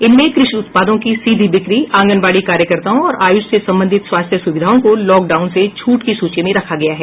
इनमें क़षि उत्पादों की सीधी बिक्री आंगनवाड़ी कार्यकर्ताओं और आय़ुष से संबंधित स्वास्थ्य सुविधाओं को लॉकडाउन से छूट की सूची में रखा गया है